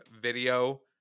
video